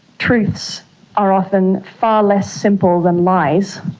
truths are often far less simple than lies,